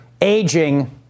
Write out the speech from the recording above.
aging